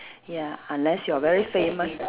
ya unless you are very famous